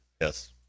Yes